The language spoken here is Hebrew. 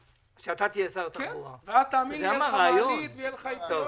אז, תאמין לי, תהיה לך מעלית ויהיו לך יציאות.